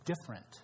different